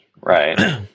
right